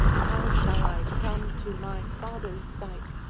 how shall i come to my father's sight?